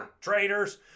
Traitors